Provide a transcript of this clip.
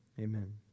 amen